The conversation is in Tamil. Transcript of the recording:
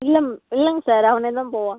இல்லை இல்லைங்க சார் அவனேதான் போவான்